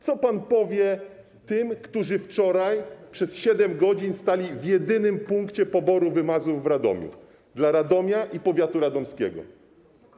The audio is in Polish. Co pan powie tym, którzy wczoraj przez 7 godzin stali w jedynym punkcie poboru wymazów w Radomiu, punkcie dla Radomia i powiatu radomskiego?